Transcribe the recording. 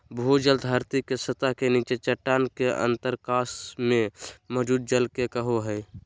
भूजल धरती के सतह के नीचे चट्टान के अंतरकाश में मौजूद जल के कहो हइ